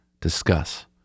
discuss